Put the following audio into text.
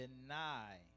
Deny